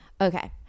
Okay